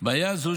בעיה זו,